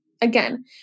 Again